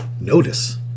notice